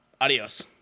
adios